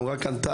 אמרה כאן טל,